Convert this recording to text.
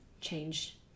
change